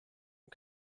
und